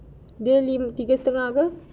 dia tiga setengah ke